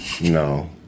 No